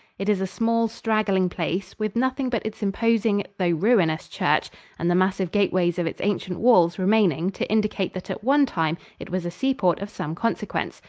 it is a small, straggling place, with nothing but its imposing though ruinous church and the massive gateways of its ancient walls remaining to indicate that at one time it was a seaport of some consequence.